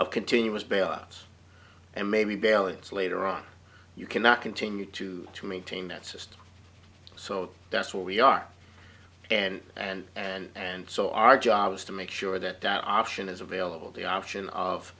of continuous bail outs and maybe balance later on you cannot continue to to maintain that system so that's what we are and and and and so our job is to make sure that that option is available the option of